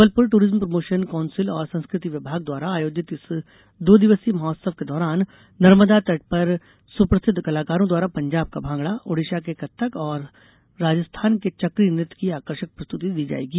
Jabalpur tourism promotion council और संस्कृति विभाग द्वारा आयोजित इस दो दिवसीय महोत्सव के दौरान नर्मदा तट पर सुप्रसिद्ध कलाकारों द्वारा पंजाब का भांगड़ा ओडिशा के कत्थक और राजस्थान के चकरी नृत्य की आकर्षक प्रस्तुति दी जाएगी